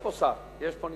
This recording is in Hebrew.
יש פה.